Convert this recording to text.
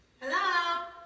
Hello